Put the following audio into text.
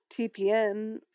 TPN